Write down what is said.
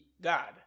God